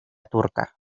turca